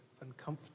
uncomfortable